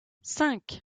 cinq